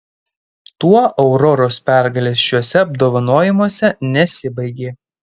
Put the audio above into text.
tuo auroros pergalės šiuose apdovanojimuose nesibaigė